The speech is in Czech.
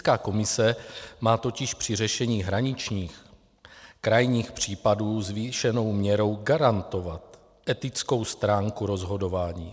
Etická komise má totiž při řešení hraničních a krajních případů zvýšenou měrou garantovat etickou stránku rozhodování.